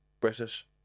British